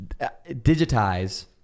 digitize